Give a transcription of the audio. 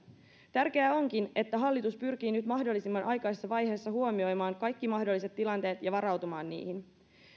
tärkeää onkin että hallitus pyrkii nyt mahdollisimman aikaisessa vaiheessa huomioimaan kaikki mahdolliset tilanteet ja varautumaan niihin